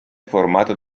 formato